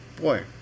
Boy